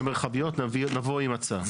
לגבי המרחביות, אנחנו נבוא עם הצעה.